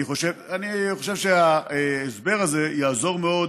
אני חושב שההסבר הזה יעזור מאוד